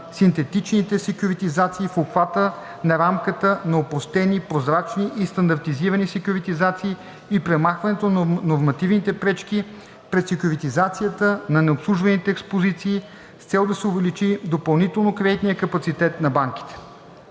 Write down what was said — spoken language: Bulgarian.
синтетичните секюритизации в обхвата на рамката на опростени, прозрачни и стандартизирани секюритизации и премахването на нормативните пречки пред секюритизацията на необслужваните експозиции, с цел да се увеличи допълнително кредитният капацитет на банките.